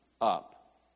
up